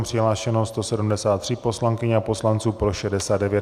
Přihlášeno 173 poslankyň a poslanců, pro 69.